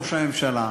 לראש הממשלה,